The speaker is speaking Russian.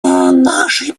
нашей